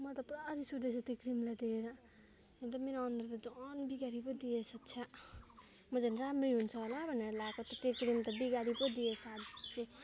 मलाई त पुरा रिस उठ्दैछ त्यो क्रिमलाई देखेर हेर्नु त मेरो अनुहार त झन् बिगारी पो दिएछ छ्या म झन् राम्री हुन्छ होला भनेर लाएको त त्यो क्रिम त बिगारी पो दिएछ अझै